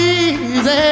easy